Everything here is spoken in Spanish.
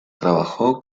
trabajó